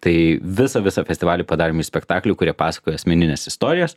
tai visą visą festivalį padarėm iš spektaklių kurie pasakoja asmenines istorijas